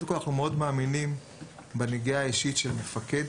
אנחנו מאוד מאמינים בנגיעה האישית של מפקד